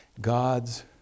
God's